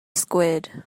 squid